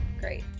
Great